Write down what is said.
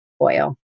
oil